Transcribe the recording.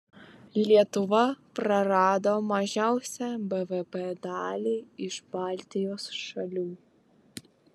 lietuva prarado mažiausią bvp dalį iš baltijos šalių